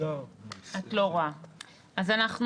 אז אנחנו